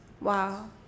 Wow